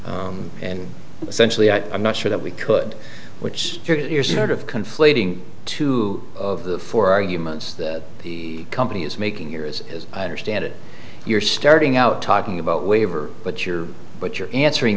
and essentially i'm not sure that we could which you're sort of conflating two of the four arguments that the company is making here is as i understand it you're starting out talking about waiver but you're but you're answering